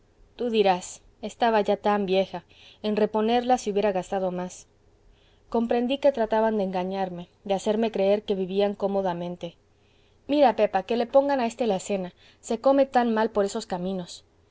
tú dirás estaba ya tan vieja en reponerla se hubiera gastado más comprendí que trataban de engañarme de hacerme creer que vivían cómodamente mira pepa que le pongan a éste la cena se come tan mal por esos caminos